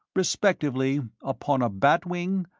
respectively, upon a bat wing,